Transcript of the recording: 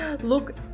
look